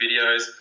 videos